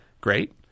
great